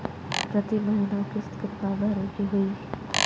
प्रति महीना किस्त कितना भरे के होई?